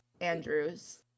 Andrews